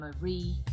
Marie